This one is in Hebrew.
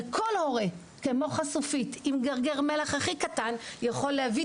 וכל הורה כמו חשופית עם גרגר מלח הכי קטן יכול להביא